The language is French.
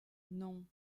non